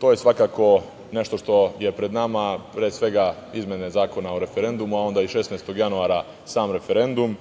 To je svakako nešto što je pred nama, pre svega izmene Zakona o referendumu, a onda i 16. januara sam referendum